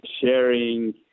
sharing